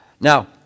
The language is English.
Now